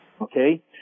Okay